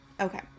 Okay